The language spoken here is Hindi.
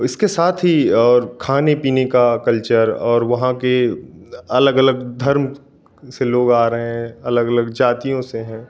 इसके साथ ही और खाने पीने का कल्चर और वहाँ कि अलग अलग धर्म से लोग आ रहे है अलग अलग जातियों से है